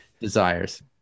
desires